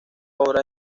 obras